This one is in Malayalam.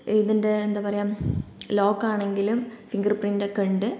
ഇതിൻ്റെ എന്താ പറയാ ലോക്ക് ആണെങ്കിലും ഫിംഗർ പ്രിൻറ്റ് ഒക്കെ ഉണ്ട്